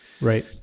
Right